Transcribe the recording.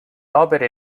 opere